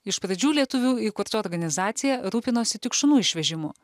iš pradžių lietuvių įkurta organizacija rūpinosi tik šunų išvežimu